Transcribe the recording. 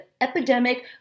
epidemic